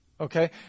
okay